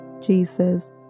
Jesus